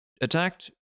attacked